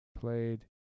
played